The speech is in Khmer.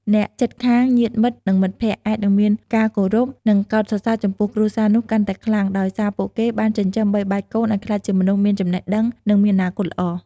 អ្នកជិតខាង ញាតិមិត្ត និងមិត្តភក្តិ អាចនឹងមានការគោរព និងកោតសរសើរចំពោះគ្រួសារនោះកាន់តែខ្លាំងដោយសារពួកគេបានចិញ្ចឹមបីបាច់កូនឱ្យក្លាយជាមនុស្សមានចំណេះដឹង និងមានអនាគតល្អ។